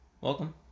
welcome